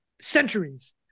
centuries